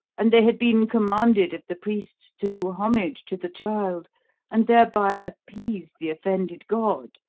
and they had been commanded of the priests to do homage to the child and thereby appease the offended god,